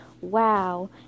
Wow